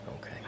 Okay